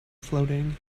floating